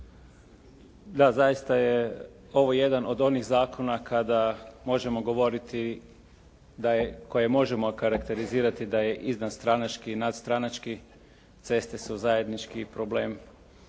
Da, zaista je ovo jedan od onih zakona kada možemo govoriti, koje možemo okarakterizirati da je iznad stranački i nadstranački. Ceste su zajednički problem